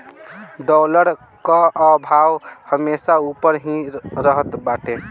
dollar कअ भाव हमेशा उपर ही रहत बाटे